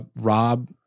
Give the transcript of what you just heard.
Rob